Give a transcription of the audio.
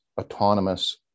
autonomous